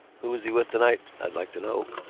who was he with tonight, i'd like to know?